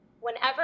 Whenever